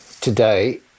today